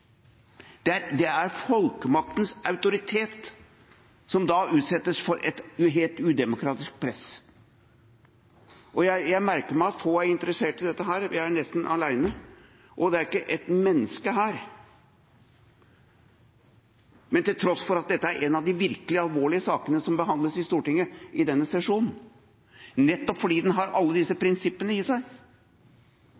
Det er folkemaktens autoritet som da utsettes for et helt udemokratisk press. Jeg merker meg at få er interessert i dette – vi er jo nesten alene her – til tross for at dette er en av de virkelig alvorlige sakene som behandles i Stortinget i denne sesjonen, nettopp fordi den har alle disse prinsippene i seg.